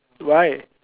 why